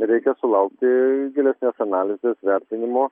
reikia sulaukti gilesnės analizės vertinimo